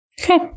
Okay